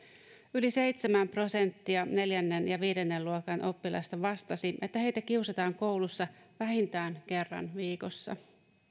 yli seitsemän prosenttia neljännen ja viidennen luokan oppilaista vastasi että heitä kiusataan koulussa vähintään kerran viikossa